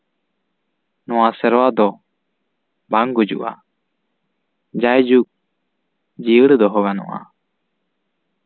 ᱱᱚᱣᱟ ᱥᱮᱨᱣᱟ ᱫᱚ ᱵᱟᱝ ᱜᱩᱡᱩᱜᱼᱟ ᱡᱟᱭ ᱡᱩᱜᱽ ᱡᱤᱭᱟᱹᱲ ᱫᱚᱦᱚ ᱜᱟᱱᱚᱜᱼᱟ